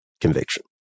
conviction